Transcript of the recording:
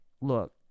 look